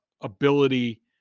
ability